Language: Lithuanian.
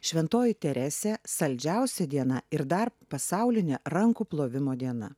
šventoji teresė saldžiausią dieną ir dar pasaulinė rankų plovimo diena